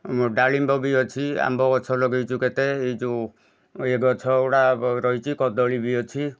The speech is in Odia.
ଡାଳିମ୍ବ ବି ଅଛି ଆମ୍ବ ଗଛ ଲଗାଇଛୁ କେତେ ଏଇ ଯେଉଁ ଏ ଗଛ ଗୁଡ଼ା ରହିଛି କଦଳୀ ବି ଅଛି